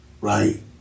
right